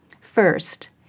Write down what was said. First